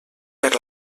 per